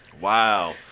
Wow